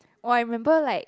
oh I remember like